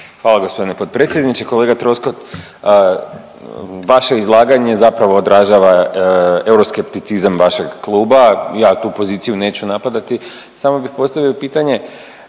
Hvala gospodine potpredsjedniče. Kolega Troskot vaše izlaganje zapravo odražava euroskepticizam vašeg kluba, ja tu poziciju neću napadati samo bih postavio pitanje.